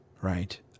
right